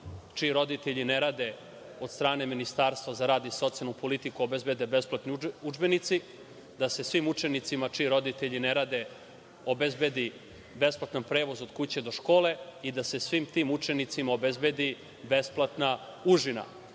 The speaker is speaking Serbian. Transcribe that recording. čiji roditelji ne rade, od strane Ministarstva za rad i socijalnu politiku obezbede besplatni udžbenici, da se svim učenicima, čiji roditelji ne rade, obezbedi besplatan prevoz od kuće do škole i da se svim tim učenicima obezbedi besplatna užina. Oko